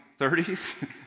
30s